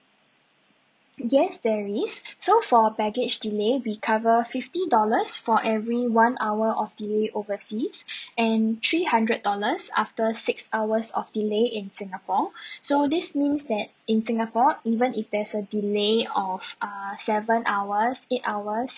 yes there is so for baggage delay we cover fifty dollars for every one hour of delay overseas and three hundred dollars after six hours of delay in singapore so this means that in singapore even if there's a delay of err seven hours eight hours